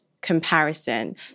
comparison